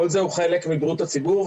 כל זה הוא חלק מבריאות הציבור,